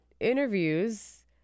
interviews